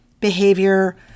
behavior